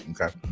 okay